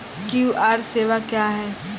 QR सेवा क्या हैं?